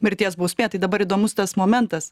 mirties bausmė tai dabar įdomus tas momentas